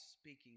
speaking